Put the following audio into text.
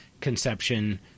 conception